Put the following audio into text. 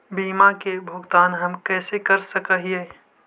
बीमा के भुगतान हम कैसे कैसे कर सक हिय?